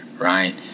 right